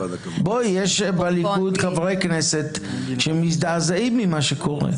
בואי, יש בליכוד חברי כנסת שמזדעזעים עם מה שקורה.